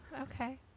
okay